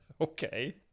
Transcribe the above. Okay